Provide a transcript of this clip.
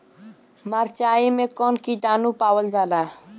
मारचाई मे कौन किटानु पावल जाला?